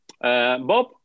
Bob